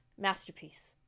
Masterpiece